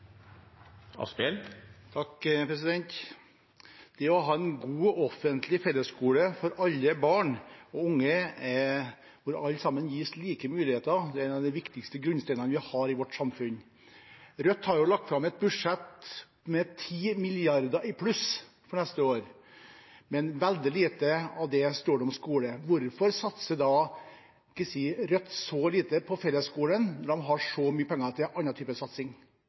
unge, hvor alle sammen gis like muligheter, er en av de viktigste grunnsteinene vi har i vårt samfunn. Rødt har lagt fram et budsjett med 10 mrd. kr i pluss for neste år, men det står veldig lite om skole. Hvorfor satser Rødt så lite på fellesskolen når man har så mye penger til